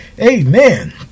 Amen